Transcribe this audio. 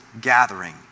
gathering